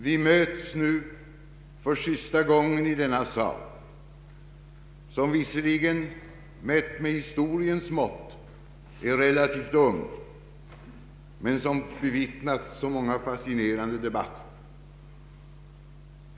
Vi möts nu för sista gången i denna sal, som visserligen mätt med historiens mått är relativt ung men som bevittnat så många fascinerande debatter.